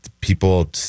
people